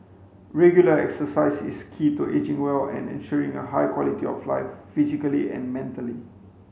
regular exercise is key to ageing well and ensuring a high quality of life physically and mentally